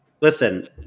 Listen